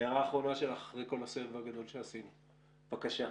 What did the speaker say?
אחרי כל הסבב הגדול שעשינו, בבקשה.